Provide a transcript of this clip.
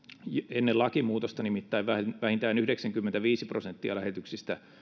ennen lakimuutosta nimittäin vähintään yhdeksänkymmentäviisi prosenttia lähetyksistä